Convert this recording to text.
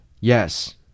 Yes